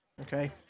Okay